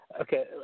Okay